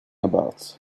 about